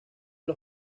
los